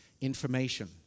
information